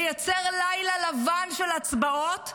לייצר לילה לבן של הצבעות.